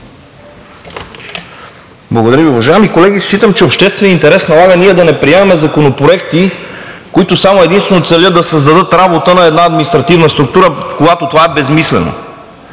Благодаря Ви. Уважаеми колеги! Считам, че общественият интерес налага ние да не приемаме законопроекти, които единствено целят да създадат работа на една административна структура, когато това е безсмислено.